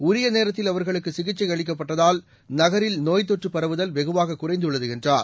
உரிய நேரத்தில் அவர்களுக்கு சிசிக்சை அளிக்கப்பட்டதால் நகரில் நோய்த் தொற்றுப் பரவுதல் வெகுவாக குறைந்துள்ளது என்றார்